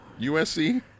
USC